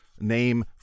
name